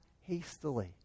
hastily